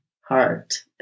heart